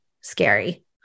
scary